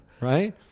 right